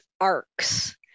arcs